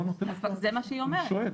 --- זה מה שהיא אומרת.